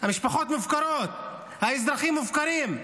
המשפחות מופקרות, האזרחים מופקרים.